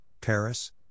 Paris